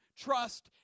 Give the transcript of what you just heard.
trust